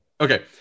Okay